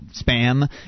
spam